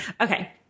Okay